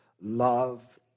love